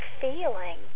feeling